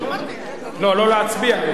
לא, לא להצביע.